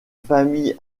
famille